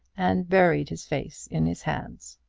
and buried his face in his hands.